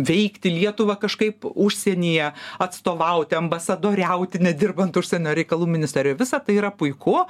veikti lietuvą kažkaip užsienyje atstovauti ambasadoriauti nedirbant užsienio reikalų ministerijoj visa tai yra puiku